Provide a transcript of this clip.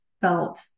felt